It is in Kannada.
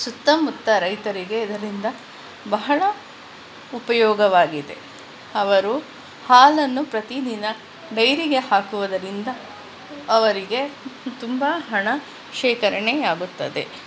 ಸುತ್ತಮುತ್ತ ರೈತರಿಗೆ ಇದರಿಂದ ಬಹಳ ಉಪಯೋಗವಾಗಿದೆ ಅವರು ಹಾಲನ್ನು ಪ್ರತಿ ದಿನ ಡೈರಿಗೆ ಹಾಕುವುದರಿಂದ ಅವರಿಗೆ ತುಂಬ ಹಣ ಶೇಖರಣೆಯಾಗುತ್ತದೆ